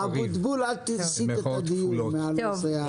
אבוטבול, אל תסיט את הדיון מהנושא.